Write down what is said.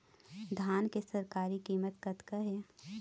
धान के सरकारी कीमत कतका हे?